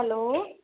hello